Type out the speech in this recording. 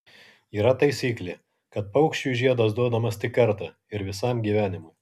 yra taisyklė kad paukščiui žiedas duodamas tik kartą ir visam gyvenimui